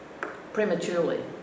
Prematurely